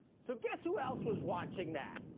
so guess who else was watching that?